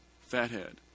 fathead